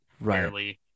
right